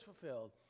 fulfilled